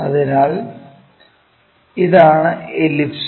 അതിനാൽ ഇതാണ് എലിപ്സ്